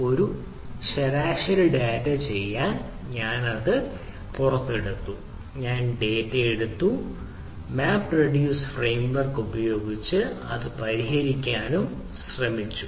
ഒരു ശരാശരി ഡാറ്റ ചെയ്യാൻ ഞാൻ ആഗ്രഹിക്കുന്നു ഞാൻ ഒരു ഡാറ്റ എടുത്തു മാപ്പ് റെഡ്യൂസ് ഫ്രെയിംവർക്ക് ഉപയോഗിച്ച് നമ്മൾ അത് പരിഹരിക്കാൻ ശ്രമിക്കുന്നു